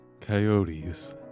coyotes